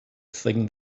thing